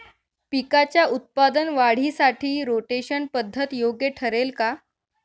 पिकाच्या उत्पादन वाढीसाठी रोटेशन पद्धत योग्य ठरेल का?